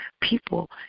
people